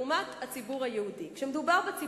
לעומת הציבור היהודי.